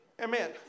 Amen